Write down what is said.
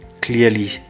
clearly